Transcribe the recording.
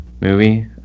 movie